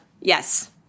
Yes